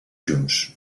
junts